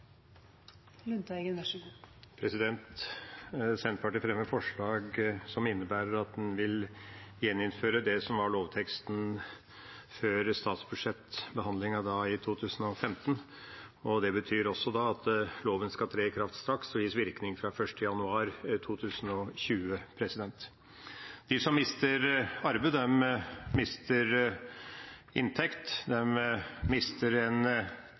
Senterpartiet fremmer forslag som innebærer at en vil gjeninnføre det som var lovteksten før statsbudsjettbehandlingen i 2015. Det betyr også at loven skal tre i kraft straks og gis virkning fra 1. januar 2020. De som mister arbeidet, mister inntekt. De mister en